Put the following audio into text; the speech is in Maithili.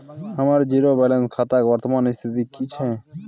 हमर जीरो बैलेंस खाता के वर्तमान स्थिति की छै?